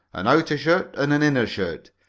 an outer shirt and an inner shirt.